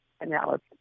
analysis